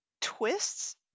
twists